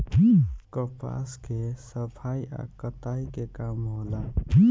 कपास के सफाई आ कताई के काम होला